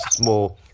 more